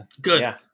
Good